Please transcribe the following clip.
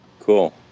Cool